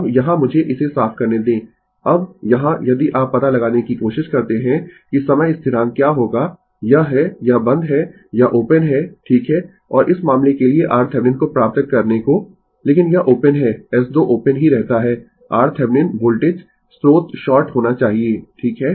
अब यहाँ मुझे इसे साफ करने दें अब यहाँ यदि आप पता लगाने की कोशिश करते है कि समय स्थिरांक क्या होगा यह है यह बंद है यह ओपन है ठीक है और इस मामले के लिए RThevenin को प्राप्त करने को लेकिन यह ओपन है S 2 ओपन ही रहता है RThevenin वोल्टेज स्रोत शॉर्ट होना चाहिए ठीक है